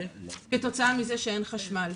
כתוצאה מזה שאין חשמל.